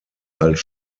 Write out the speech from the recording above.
als